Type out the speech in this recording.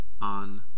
on